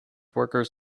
workers